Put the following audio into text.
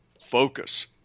focus